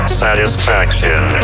satisfaction